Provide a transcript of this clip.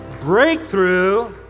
Breakthrough